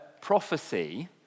prophecy